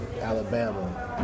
Alabama